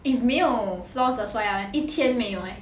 if 没有 floss 的刷牙 leh 一天没有 leh